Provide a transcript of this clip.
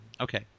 Okay